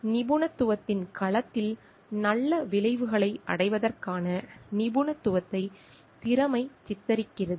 நிபுணத்துவத்தின் களத்தில் நல்ல விளைவுகளை அடைவதற்கான நிபுணத்துவத்தை திறமை சித்தரிக்கிறது